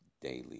daily